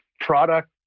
product